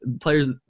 players